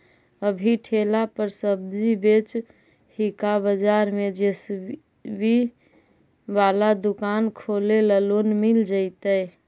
अभी ठेला पर सब्जी बेच ही का बाजार में ज्सबजी बाला दुकान खोले ल लोन मिल जईतै?